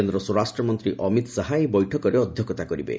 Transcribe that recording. କେନ୍ଦ୍ର ସ୍ୱରାଷ୍ଟ୍ରମନ୍ତ୍ରୀ ଅମିତ ଶାହା ଏହି ବୈଠକରେ ଅଧ୍ୟକ୍ଷତା କରିବେ